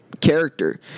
character